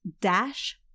dash